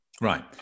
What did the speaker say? Right